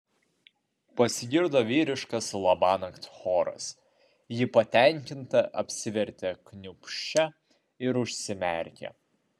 pasigirdo vyriškas labanakt choras ji patenkinta apsivertė kniūbsčia ir užsimerkė